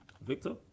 Victor